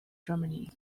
germany